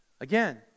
Again